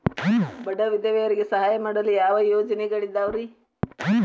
ಬಡ ವಿಧವೆಯರಿಗೆ ಸಹಾಯ ಮಾಡಲು ಯಾವ ಯೋಜನೆಗಳಿದಾವ್ರಿ?